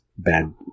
bad